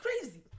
crazy